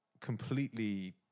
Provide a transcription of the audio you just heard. completely